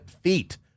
feet